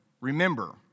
remember